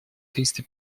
триста